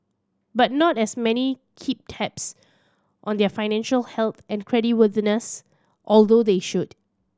but not as many keep tabs on their financial health and creditworthiness although they should